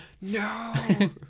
No